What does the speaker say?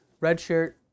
redshirt